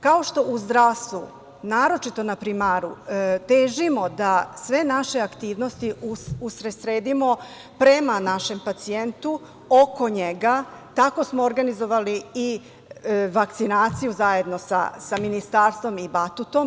Kao što u zdravstvu, naročito na primaru, težimo da sve naše aktivnosti usredsredimo prema našem pacijentu, oko njega, tako smo organizovali i vakcinaciju zajedno sa Ministarstvom i Batutom.